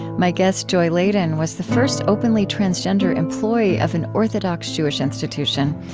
my guest, joy ladin, was the first openly transgender employee of an orthodox jewish institution.